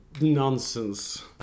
nonsense